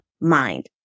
mind